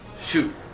shoot